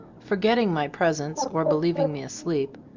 forgetting my presence, or believing me asleep,